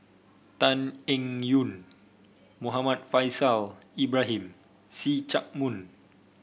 Tan Eng Yoon Muhammad Faishal Ibrahim See Chak Mun